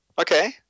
Okay